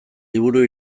liburu